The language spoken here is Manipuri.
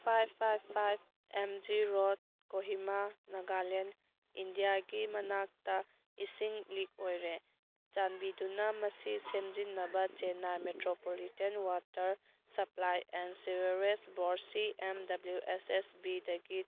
five five five M G road Kohima Nagaland ꯏꯟꯗꯤꯌꯥꯒꯤ ꯃꯅꯥꯛꯇ ꯏꯁꯤꯡ ꯂꯤꯛ ꯑꯣꯏꯔꯦ ꯆꯥꯟꯕꯤꯗꯨꯅ ꯃꯁꯤ ꯁꯦꯝꯖꯤꯟꯅꯕ Chennai metropolitan water supply and sewerage board C N W S S ꯕꯤꯗꯒꯤ